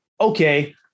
okay